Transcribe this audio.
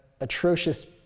atrocious